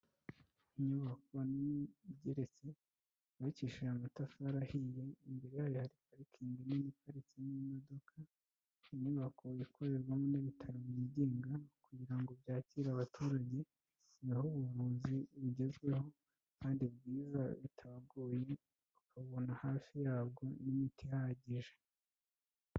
Inyubako nini igeretse, yubakishije amatafari ahiye, imbere yayo hari parikingi nini iparitsemo imodoka, inyubako ikorerwamo n'ibitaro byigenga kugira ngo byakire abaturage, bibahe ubuvunzi bugezweho kandi bwiza bitabagoye, bakabubona hafi yabwo n'imiti ihagije.